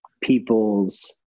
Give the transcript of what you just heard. people's